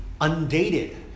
undated